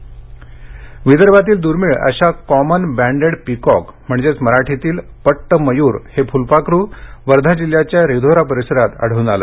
दुर्मिळ फुलपाखरू विदर्भातील दुर्मिळ अशा कॉमन बँडेड पिकॉक म्हणजेच मराठीतील पट्ट मयूर हे फुलपाखरु वर्धा जिल्ह्याच्या रिधोरा परिसरात आढळून आले